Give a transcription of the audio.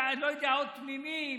לא יודע, או תמימים